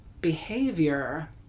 behavior